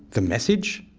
the message,